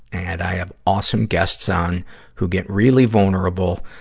and i have awesome guests on who get really vulnerable,